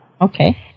Okay